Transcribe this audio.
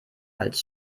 als